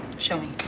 show me.